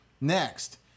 Next